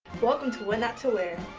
welcome to what not to wear.